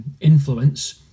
Influence